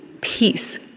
Peace